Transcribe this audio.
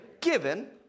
Given